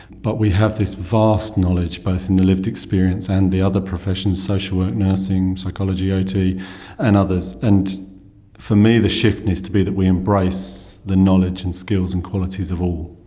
but we have this vast knowledge, both in the lived experience and the other professions social work, nursing, psychology, ot and others and for me the shift needs to be that we embrace the knowledge and skills and qualities of all,